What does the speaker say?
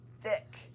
thick